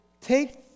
take